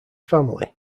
family